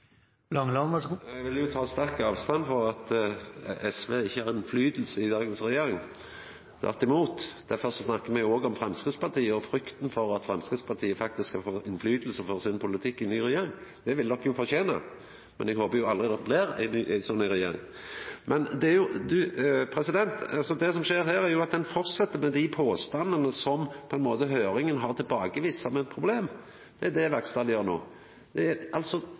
Eg vil ta sterkt avstand frå at SV ikkje har innflytelse i dagens regjering. Tvert imot. Derfor snakkar me om Framstegspartiet og frykta for at Framstegspartiet faktisk skal få innflytelse med sin politikk i ei ny regjering. Det ville dei jo fortena, men eg håper aldri det blir ei sånn regjering. Men det som skjer her, er at ein fortset med dei påstandane som høyringa har tilbakevist som eit problem. Det er det Vaksdal gjer no.